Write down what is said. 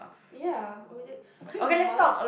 ya was it a bit mild